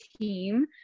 team